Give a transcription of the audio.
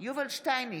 יובל שטייניץ,